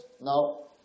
No